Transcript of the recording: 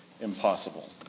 impossible